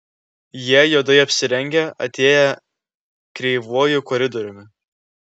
jie juodai apsirengę atėję kreivuoju koridoriumi